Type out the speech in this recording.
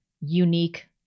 unique